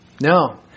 No